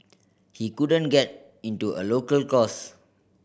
he couldn't get into a local course